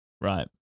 Right